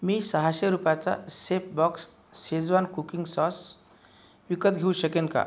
मी सहाशे रुपयाचा Chefbox Schezwan cooking sauce विकत घेऊ शकेन का